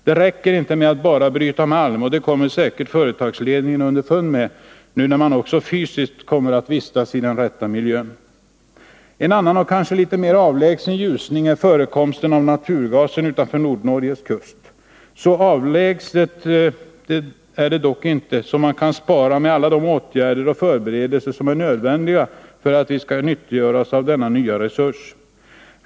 Det räcker inte att bara bryta malm, och det kommer säkerligen företagsledningen underfund med när den nu också fysiskt börjar vistas i den rätta miljön. En annan och kanske litet mer avlägsen ljusning är förekomsten av naturgas utanför Nordnorges kust. Så avlägsen är den dock inte att man kan vänta med alla de åtgärder och förberedelser som är nödvändiga för att nyttiggöra denna nya resurs.